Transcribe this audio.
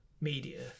media